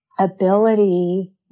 ability